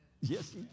Yes